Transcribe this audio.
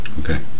Okay